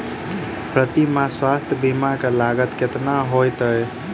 प्रति माह स्वास्थ्य बीमा केँ लागत केतना होइ है?